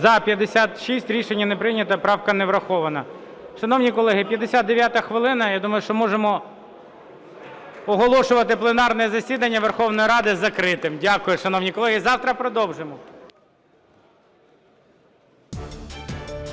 За-56 Рішення не прийнято. Правка не врахована. 14:58:46 ГОЛОВУЮЧИЙ. Шановні колеги, 59 хвилина, я думаю, що можемо оголошувати пленарне засідання Верховної Ради закритим. Дякую, шановні колеги. Завтра продовжимо.